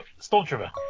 Stormtrooper